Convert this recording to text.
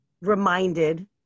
reminded